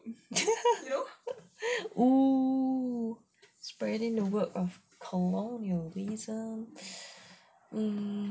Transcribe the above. oo spreading the word of colonialism mm